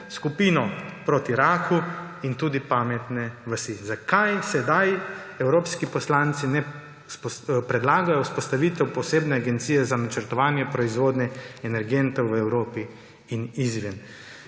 skupino proti raku in tudi pametne vasi. Zakaj sedaj evropski poslanci ne predlagajo vzpostavitve posebne agencije za načrtovanje proizvodnje energentov v Evropi in izven?